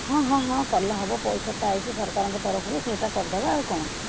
ହଁ ହଁ ହଁ କଲେ ହେବ ପଇସା ତ ଆଇଛି ସରକାରଙ୍କ ତରଫରୁ ସେହିଟା କରିଦେବା ଆଉ କ'ଣ